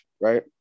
right